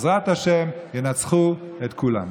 בעזרת השם ינצחו את כולם.